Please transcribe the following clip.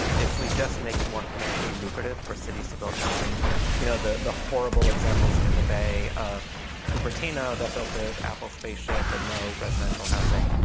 and if we just make it more financially lucrative for cities to build housing you know the the horrible examples in the bay of cupertino that built the apple spaceship but no residential housing,